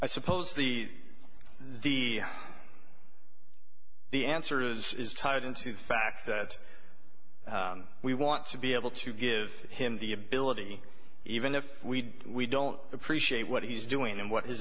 i suppose the the the answer is is tied into the fact that we want to be able to give him the ability even if we don't appreciate what he's doing and what is